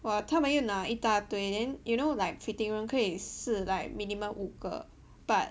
!wah! 她们又拿一大堆 then you know like fitting room 可以是 like minimum 五个 but